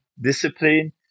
discipline